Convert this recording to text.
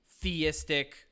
theistic